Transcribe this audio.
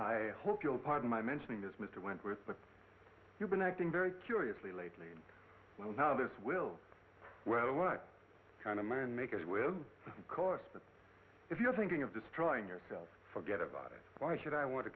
i hope you'll pardon my mentioning this mr wentworth but you've been acting very curiously lately well now this will well what kind of man make it will cost but if you're thinking of destroying yourself forget about it why should i want to